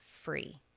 free